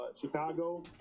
Chicago